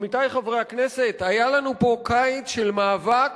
עמיתי חברי הכנסת, היה לנו פה קיץ של מאבק,